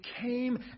came